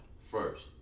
first